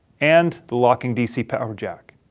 and the locking dc power jack.